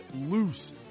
loose